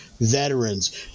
veterans